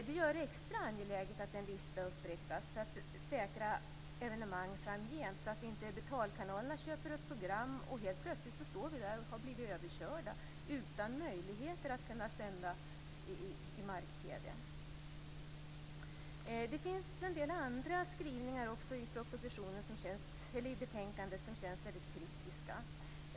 Det gör det extra angeläget att en lista upprättas för att säkra evenemang framgent, så att betalkanalerna inte köper upp program och vi helt plötsligt står där och har blivit överkörda, utan möjligheter att sända i mark Det finns en del andra skrivningar som känns väldigt kryptiska.